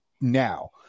now